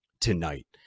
tonight